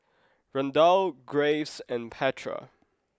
Randall Graves and Petra